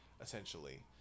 essentially